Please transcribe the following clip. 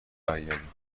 برگردیم